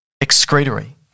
Excretory